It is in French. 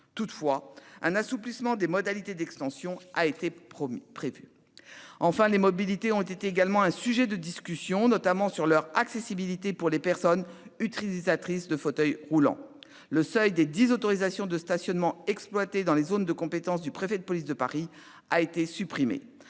Toutefois, un assouplissement des modalités d'extension a été prévu. Enfin, les mobilités ont été un sujet de discussion. Je pense en particulier aux questions d'accessibilité pour les personnes utilisatrices de fauteuil roulant. Le seuil des dix autorisations de stationnement exploitées dans la zone de compétence du préfet de police de Paris a été supprimé.